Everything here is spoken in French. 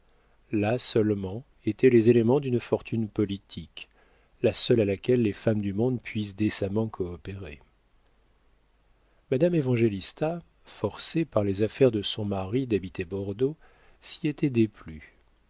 là seulement étaient les éléments d'une fortune politique la seule à laquelle les femmes du monde puissent décemment coopérer madame évangélista forcée par les affaires de son mari d'habiter bordeaux s'y était déplu